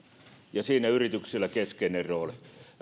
ja siinä yrityksillä on keskeinen rooli